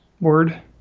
word